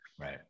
right